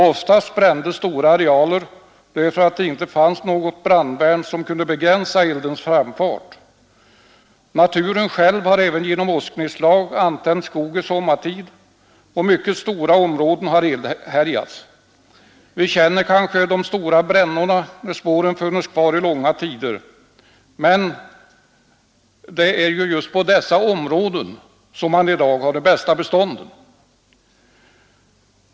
Oftast brändes stora arealer, därför att det inte fanns något brandvärn som kunde begränsa eldens framfart. Naturen själv har även genom åsknedslag antänt skog sommartid, och mycket stora områden har eldhärjats. Vi känner till de stora ”brännorna” där spåren härav funnits kvar i långa tider. Det är på dessa områden man i dag har de bästa bestånden.